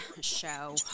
show